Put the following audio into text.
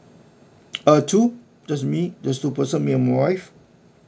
uh two just me just two person me and my wife